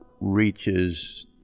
reaches